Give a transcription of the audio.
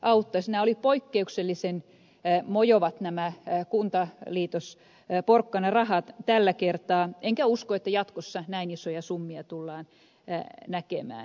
nämä kuntaliitosporkkanarahat olivat poikkeuksellisen mojovat tällä kertaa enkä usko että jatkossa näin isoja summia tullaan näkemään